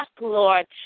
Lord